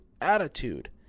attitude